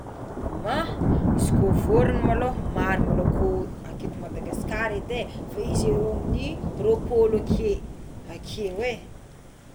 Ma misy ko vorogno maloha maro maloha aketo Madagasikara edy é fa ay eo amign'ny roapolo aké akeo é.